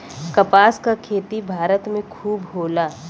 कपास क खेती भारत में खूब होला